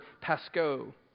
pasco